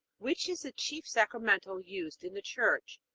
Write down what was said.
which is the chief sacramental used in the church?